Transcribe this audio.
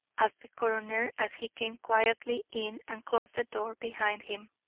asked the coroner, as he came quietly in and closed the door behind him,